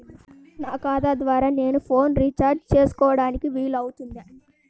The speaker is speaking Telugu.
నా ఖాతా ద్వారా నేను ఫోన్ రీఛార్జ్ చేసుకోవడానికి వీలు అవుతుందా?